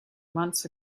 months